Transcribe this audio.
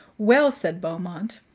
well, said beaumont,